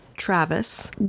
Travis